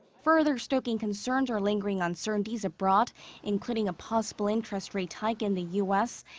further stoking concerns. are lingering uncertainties abroad including a possible interest rate hike in the u s.